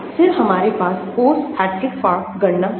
फिर हमारे पास पोस्ट हार्ट्री फॉक गणना है